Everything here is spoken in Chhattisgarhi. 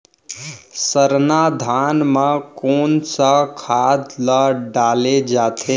सरना धान म कोन सा खाद ला डाले जाथे?